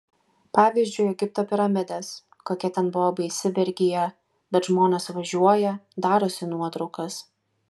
pavyzdžiui egipto piramidės kokia ten buvo baisi vergija bet žmonės važiuoja darosi nuotraukas